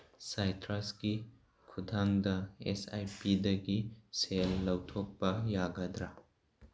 ꯁꯥꯏꯇ꯭ꯔꯁꯀꯤ ꯈꯨꯊꯥꯡꯗ ꯑꯦꯁꯑꯥꯏꯄꯤꯗꯒꯤ ꯁꯦꯜ ꯂꯧꯊꯣꯛꯄ ꯌꯥꯒꯗ꯭ꯔꯥ